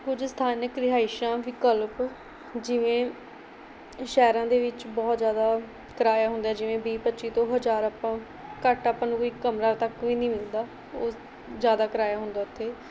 ਕੁਝ ਸਥਾਨਕ ਰਿਹਾਇਸ਼ਾਂ ਵਿਕਲਪ ਜਿਵੇਂ ਸ਼ਹਿਰਾਂ ਦੇ ਵਿੱਚ ਬਹੁਤ ਜ਼ਿਆਦਾ ਕਿਰਾਇਆ ਹੁੰਦਾ ਹੈ ਜਿਵੇਂ ਵੀਹ ਪੱਚੀ ਤੋਂ ਹਜ਼ਾਰ ਆਪਾਂ ਘੱਟ ਆਪਾਂ ਨੂੰ ਕੋਈ ਕਮਰਾ ਤੱਕ ਵੀ ਨਹੀਂ ਮਿਲਦਾ ਉਸ ਜ਼ਿਆਦਾ ਕਿਰਾਇਆ ਹੁੰਦਾ ਉੱਥੇ